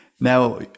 Now